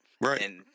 right